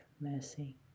mercy